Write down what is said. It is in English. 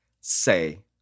say